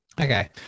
Okay